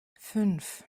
fünf